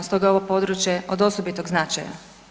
Stoga je ovo područje od osobitog značaja.